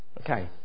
Okay